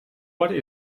what